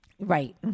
Right